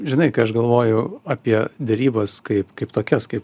žinai kai aš galvoju apie derybas kaip kaip tokias kaip